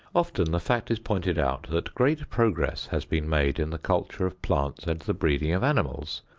often the fact is pointed out that great progress has been made in the culture of plants and the breeding of animals.